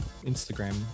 Instagram